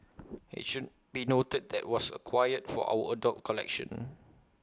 IT should be noted that was acquired for our adult collection